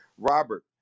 Robert